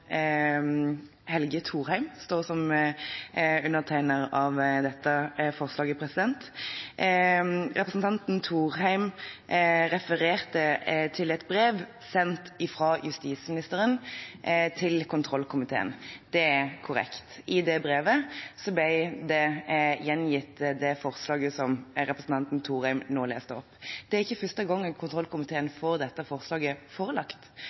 Helge Thorheim står som undertegner av dette forslaget. Representanten Thorheim refererte til et brev sendt fra justisministeren til kontrollkomiteen. Det er korrekt. I det brevet ble det forslaget som representanten Thorheim nå leste opp, gjengitt. Det er ikke første gang kontrollkomiteen får seg forelagt dette forslaget.